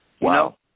Wow